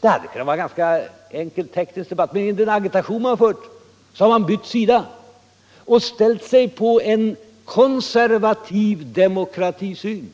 Det här är en ganska enkel teknisk debatt, men i den agitation man för har man bytt sida och ställt sig på den konservativa sidan när det gäller demokratisynen.